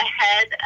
ahead